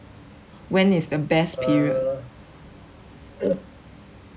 when is the best period